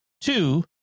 Two